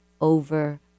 over